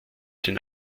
den